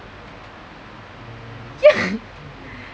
ya